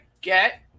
get